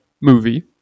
movie